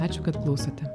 ačiū kad klausote